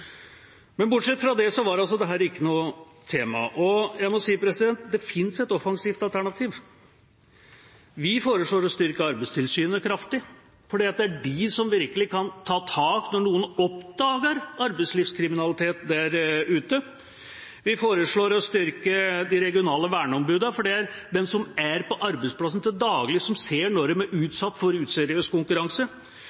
Men bortsett fra det var dette altså ikke noe tema. Da må jeg si at det finnes et offensivt alternativ. Vi foreslår å styrke Arbeidstilsynet kraftig, for det er dem som virkelig kan ta tak når noen oppdager arbeidslivskriminalitet der ute. Vi foreslår å styrke de regionale verneombudene, for det er dem som er på arbeidsplassen til daglig, som ser